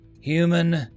Human